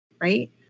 Right